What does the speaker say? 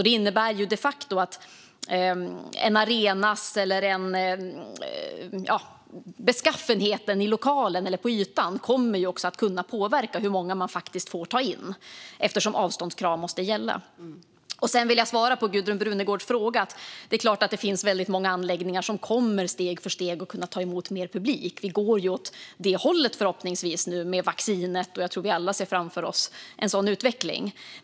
Det innebär de facto att en arenas eller en lokals beskaffenhet eller yta kommer att kunna påverka hur många man får ta in eftersom avståndskrav måste gälla. Sedan vill jag svara på Gudrun Brunegårds fråga. Det är klart att det finns väldigt många anläggningar som steg för steg kommer att kunna ta emot mer publik. Vi går förhoppningsvis åt det hållet nu i och med vaccinet, och jag tror att vi alla ser framför oss en sådan utveckling.